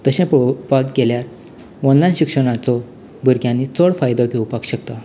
तशें पळोवपाक गेल्यार ऑनलायन शिक्षणाचो भुरग्यांनी चड फायदो घेवपा शकता